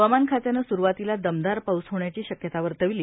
हवामान खात्याने स्रूवातीला दमदार पाऊस होण्याची शक्यता वर्तविली